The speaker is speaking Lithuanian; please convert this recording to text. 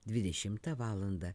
dvidešimtą valandą